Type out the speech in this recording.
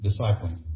Discipling